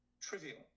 trivial